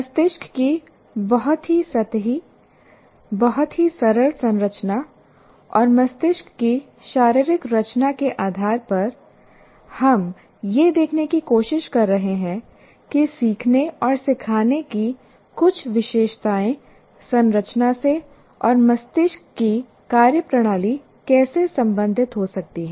मस्तिष्क की बहुत ही सतही बहुत ही सरल संरचना और मस्तिष्क की शारीरिक रचना के आधार पर हम यह देखने की कोशिश कर रहे हैं कि सीखने और सिखाने की कुछ विशेषताएं संरचना से और मस्तिष्क की कार्यप्रणाली कैसे संबंधित हो सकती हैं